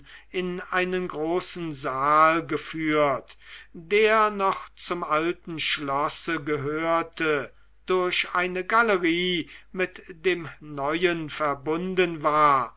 in einen großen saal geführt der noch zum alten schlosse gehörte durch eine galerie mit dem neuen verbunden war